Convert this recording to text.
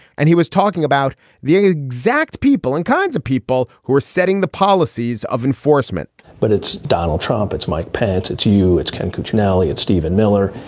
and he was talking about the exact people and kinds of people who were setting the policies of enforcement but it's donald trump. it's mike pence to you. it's ken cuccinelli and steven miller.